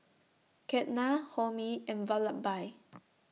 Ketna Homi and Vallabhbhai